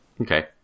Okay